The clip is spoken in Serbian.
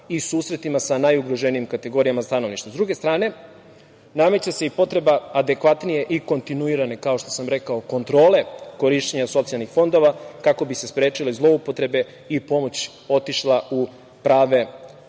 i susretima sa najugroženijim kategorijama stanovništva.S druge strane, nameće se i potreba adekvatnije i kontinuirane, kao što sam rekao, kontrole korišćenja socijalnih fondova, kako bi se sprečile zloupotrebe i pomoć otišla u prave